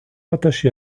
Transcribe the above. rattaché